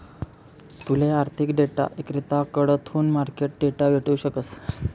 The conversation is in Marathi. तूले आर्थिक डेटा इक्रेताकडथून मार्केट डेटा भेटू शकस